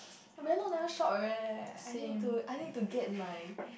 I very long never shop eh I need to I need to get my